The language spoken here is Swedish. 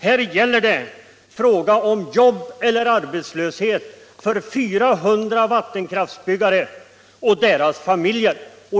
Här gäller det frågan om jobb eller arbetslöshet för 400 vattenkraftsbyggare och tryggheten för deras familjer.